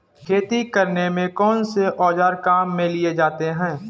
खेती करने में कौनसे औज़ार काम में लिए जाते हैं?